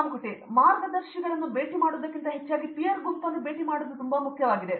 ಕಾಮಕೋಟಿ ಮಾರ್ಗದರ್ಶಿಗಳನ್ನು ಭೇಟಿಮಾಡುವುದಕ್ಕಿಂತ ಹೆಚ್ಚಾಗಿ ಪೀರ್ ಗುಂಪನ್ನು ಭೇಟಿ ಮಾಡುವುದು ತುಂಬಾ ಮುಖ್ಯವಾಗಿದೆ